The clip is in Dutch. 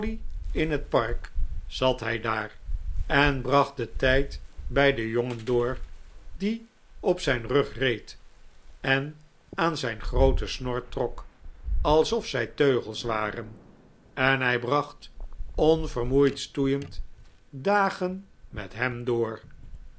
in het park zat hij daar en bracht den tijd bij den jongen door die op zijn rug reed en aan zijn grooten snor trok alsof zij teugels waren en hij bracht onvermoeid stoeiend dagen met hem door